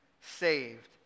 saved